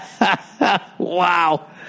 Wow